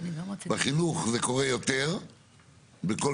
בכל מיני דברים,